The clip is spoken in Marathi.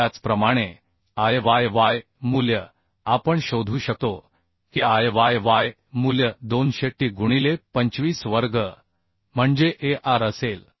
तर त्याचप्रमाणे Iyy मूल्य आपण शोधू शकतो की Iyy मूल्य 200t गुणिले 25 वर्ग म्हणजे Ar असेल